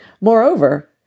Moreover